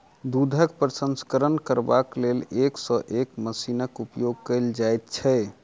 दूधक प्रसंस्करण करबाक लेल एक सॅ एक मशीनक उपयोग कयल जाइत छै